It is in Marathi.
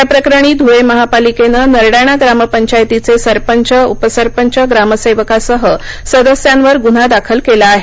याप्रकरणी धुळे महापालिकेनं नरडाणा ग्राम पंचायतीचे सरपंच उपसरपंच ग्रामसेवकासह सदस्यांवर गुन्हा दाखल केला आहे